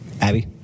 Abby